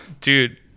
dude